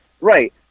Right